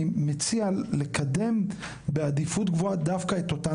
אני מציע לקדם בעדיפות גבוהה דווקא את אותן